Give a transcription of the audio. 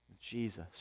Jesus